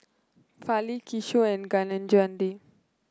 Fali Kishore and Kaneganti